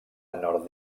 nord